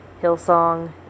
hillsong